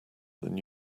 than